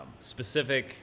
specific